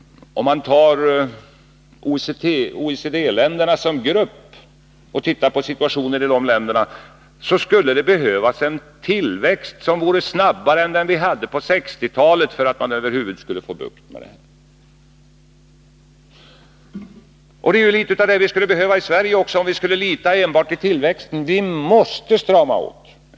Tar man t.ex. OECD-länderna som grupp och ser på situationen i dessa länder, så finner man att det skulle behövas en tillväxt som vore snabbare än den vi hade på 1960-talet för att man över huvud taget skulle få bukt med problemen. Litet av den insikten skulle vi behöva också här i Sverige. Vi kan inte lita enbart till tillväxten, utan vi måste strama åt.